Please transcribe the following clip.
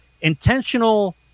intentional